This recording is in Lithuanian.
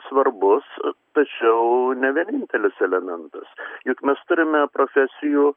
svarbus tačiau ne vienintelis elementas juk mes turime profesijų